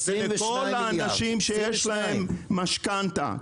כל האנשים שיש להם משכנתה,